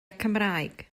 cymraeg